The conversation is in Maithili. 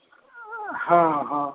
हॅं हॅं